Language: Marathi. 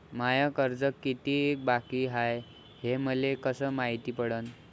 माय कर्ज कितीक बाकी हाय, हे मले कस मायती पडन?